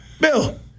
Bill